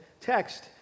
text